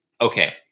Okay